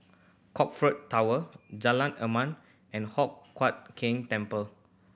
Crockford Tower Jalan Enam and Hock Huat Keng Temple